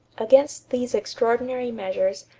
against these extraordinary measures,